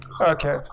okay